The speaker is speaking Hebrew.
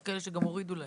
יש כאלה שגם הורידו להם.